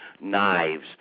knives